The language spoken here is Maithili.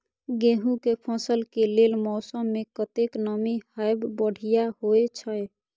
गेंहू के फसल के लेल मौसम में कतेक नमी हैब बढ़िया होए छै?